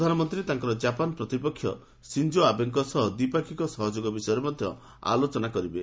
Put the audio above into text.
ପ୍ରଧାନମନ୍ତ୍ରୀ ତାଙ୍କର ଜାପାନ ପ୍ରତିପକ୍ଷ ସିଞ୍ଜୋ ଆବେଙ୍କ ସହ ଦ୍ୱିପାକ୍ଷିକ ସହଯୋଗ ବିଷୟରେ ମଧ୍ୟ ଆଲୋଚନା କରିବେ